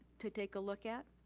to take a look at.